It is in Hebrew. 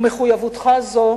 ומחויבותך זו